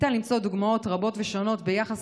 ניתן למצוא דוגמאות רבות ושונות ביחס